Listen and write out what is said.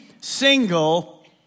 single